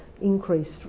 increased